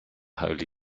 holy